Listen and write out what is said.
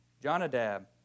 Jonadab